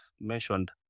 mentioned